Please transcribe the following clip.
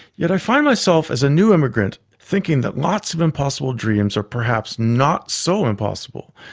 yet i find myself as a new immigrant thinking that lots of impossible dreams are perhaps not so impossible,